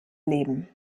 leben